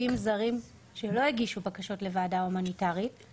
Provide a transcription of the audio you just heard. עובדים זרים שלא הגישו בקשות לוועדה הומניטרית,